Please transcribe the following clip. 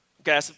Okay